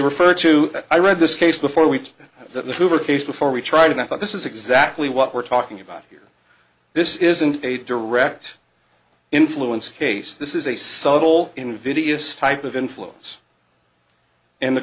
refer to i read this case before we that the hoover case before we tried and i thought this is exactly what we're talking about here this isn't a direct influence case this is a subtle invidious type of influence and the